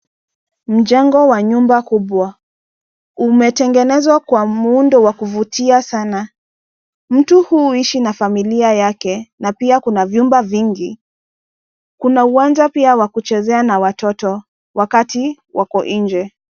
Mjengo wa nyumba kubwa. Umetengenezwa kwa muundo wa kuvutia sana. Mtu huu huishi na familia yake na pia kuna vyumba vingi. Kuna uwanja pia wa kuchezea na watoto wakati wako nje.